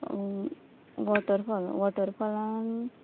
waterfall वॉटरफॉलान